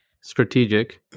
strategic